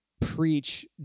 preach